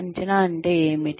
అంచనా అంటే ఏమిటి